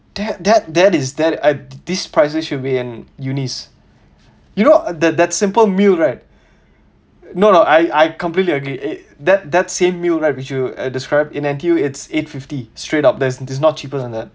that that that is that I these prices should be in unis you know that that simple meal right no no I I completely agree that that same meal right which you uh described in N_T_U it's eight fifty straight up there's not cheaper on that